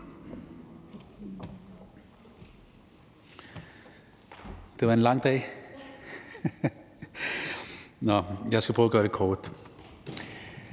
Det var en lang dag, og jeg skal prøve at gøre det kort.